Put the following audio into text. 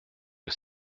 que